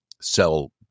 sell